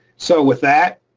so with that,